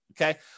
Okay